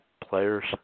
players